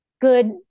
good